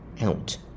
out